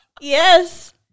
Yes